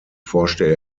forschte